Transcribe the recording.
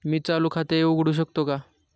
मी चालू खाते उघडू शकतो का?